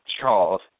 Charles